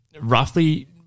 roughly